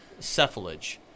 cephalage